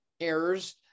errors